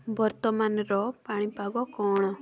ବର୍ତ୍ତମାନର ପାଣିପାଗ କ'ଣ